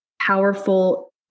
powerful